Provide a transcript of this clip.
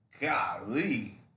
Golly